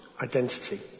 Identity